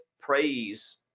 praise